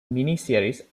miniseries